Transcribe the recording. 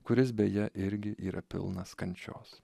kuris beje irgi yra pilnas kančios